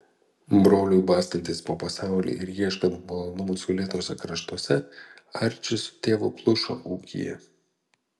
broliui bastantis po pasaulį ir ieškant malonumų saulėtuose kraštuose arčis su tėvu plušo ūkyje